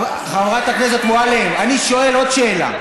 חברת הכנסת מועלם, אני שואל עוד שאלה.